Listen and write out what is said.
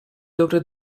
dobre